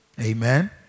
Amen